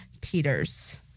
Peters